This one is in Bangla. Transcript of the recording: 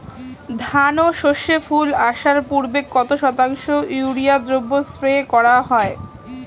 ধান ও সর্ষে ফুল আসার পূর্বে কত শতাংশ ইউরিয়া দ্রবণ স্প্রে করা হয়?